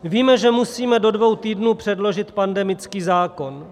Víme, že musíme do dvou týdnů předložit pandemický zákon.